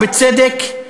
ובצדק,